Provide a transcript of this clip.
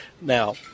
Now